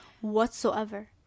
whatsoever